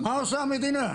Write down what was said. מה עושה המדינה?